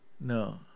No